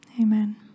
Amen